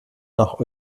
nach